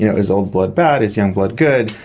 you know is old blood bad, is young blood good,